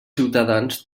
ciutadans